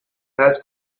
has